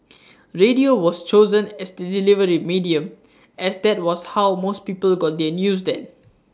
radio was chosen as the delivery medium as that was how most people got their news then